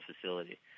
facility